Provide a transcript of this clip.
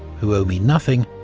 who owe me nothing,